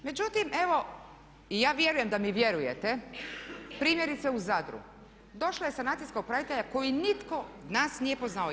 Međutim evo, i ja vjerujem da mi vjerujete, primjerice u Zadru došla je sanacijska upraviteljica koju nitko od nas nije poznavao.